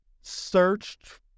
Searched